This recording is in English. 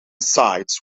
sides